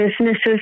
businesses